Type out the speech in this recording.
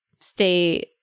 stay